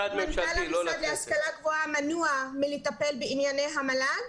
סוגריים מנכ"ל המשרד להשכלה גבוהה מנוע מלטפל בענייני המל"ג,